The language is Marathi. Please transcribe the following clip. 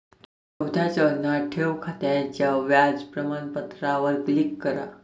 चौथ्या चरणात, ठेव खात्याच्या व्याज प्रमाणपत्रावर क्लिक करा